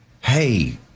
hey